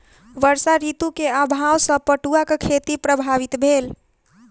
वर्षा ऋतू के अभाव सॅ पटुआक खेती प्रभावित भेल